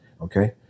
Okay